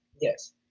Yes